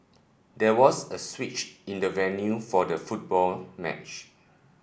there was a switch in the venue for the football match